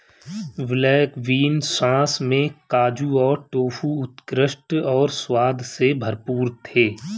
black bean sauce में काजू और टोफू उत्कृष्ट और स्वाद से भरपूर थे